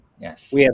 Yes